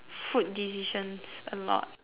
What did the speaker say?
food decisions a lot